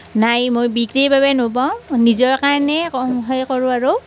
নাই মই বিক্ৰীৰ বাবে নবওঁ নিজৰ কাৰণেই হেৰি কৰোঁ আৰু